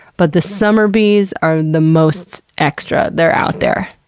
but the summer bees are the most extra. they're out there.